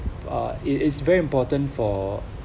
uh it is very important for